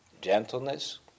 gentleness